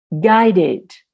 guided